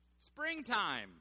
Springtime